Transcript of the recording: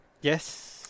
Yes